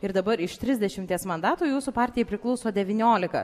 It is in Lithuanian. ir dabar iš trisdešimties mandatų jūsų partijai priklauso devyniolika